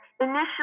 initially